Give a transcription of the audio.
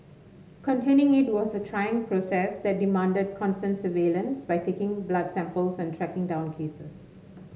containing it was a trying process that demanded constant surveillance by taking blood samples and tracking down cases